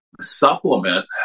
supplement